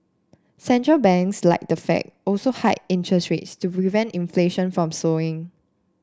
central banks like the Fed also hiked interest rates to prevent inflation from soaring